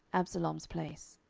absalom's place.